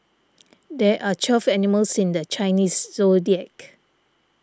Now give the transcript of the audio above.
there are twelve animals in the Chinese zodiac